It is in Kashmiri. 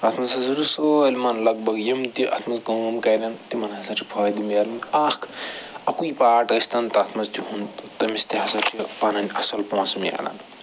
اتھ منٛز ہَسا چھُ سٲلِمن لگ بگ یِم تہِ اتھ منٛز کٲم کَرن تِمن ہَسا چھُ فٲہدٕ مٮ۪لن اکھ اَکوٕے پاٹ ٲستن تتھ منٛز تِہُنٛد تٔمِس تہِ ہَسا چھِ پنٕنۍ اصٕل پونٛسہٕ مٮ۪لن